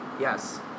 Yes